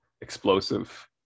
explosive